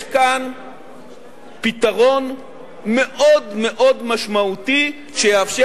יש כאן פתרון מאוד מאוד משמעותי שיאפשר